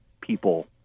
people